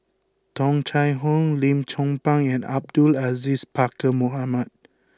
Tung Chye Hong Lim Chong Pang and Abdul Aziz Pakkeer Mohamed